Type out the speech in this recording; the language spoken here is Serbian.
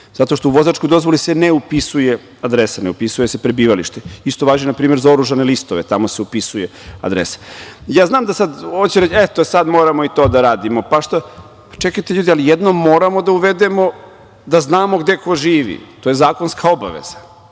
zato što u vozačkoj dozvoli se ne upisuje adresa, ne upisuje se prebivalište. Isto važi, na primer, za oružane listove, tamo se upisuje adresa. Ja znam da sad neko će reći - eto sada moramo i to da radimo. Čekajte ljudi, ali jedno moramo da uvedemo da znamo gde ko živi, to je zakonska obaveza